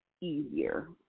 easier